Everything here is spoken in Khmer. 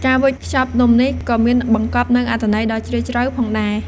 ការវេចខ្ចប់នំនេះក៏មានបង្កប់នូវអត្ថន័យដ៏ជ្រាលជ្រៅផងដែរ។